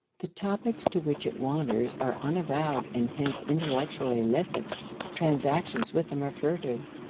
the topics to which it wanders are unavowed and hence intellectually illicit transactions with them are furtive.